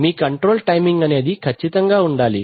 మీ control timing అనేది ఖచ్చితంగా ఉండాలి